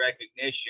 recognition